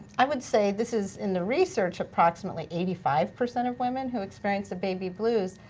i would say, this is in the research, approximately eighty five percent of women who experience the baby blues,